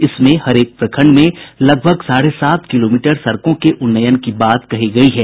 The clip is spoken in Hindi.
इसमें हरेक प्रखंड में लगभग साढ़े सात किलोमीटर सड़कों के उन्नयन की बात कही गयी है